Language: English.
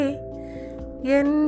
yen